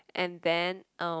and then uh